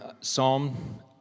psalm